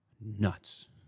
nuts